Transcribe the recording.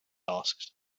asked